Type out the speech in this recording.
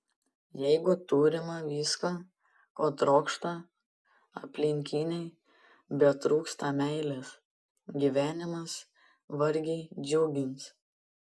jeigu turima visko ko trokšta aplinkiniai bet trūksta meilės gyvenimas vargiai džiugins